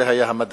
זה היה המדד.